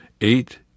eight